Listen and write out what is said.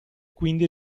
quindi